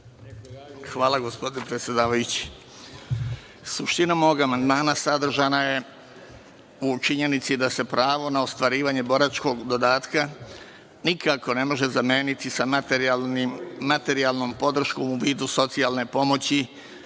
Hvala, gospodine predsedavajući. Suština mog amandmana sadržana je u činjenici da se pravo na ostvarivanje boračkog dodatka nikako ne može zameniti sa materijalnom podrškom u vidu socijalne pomoći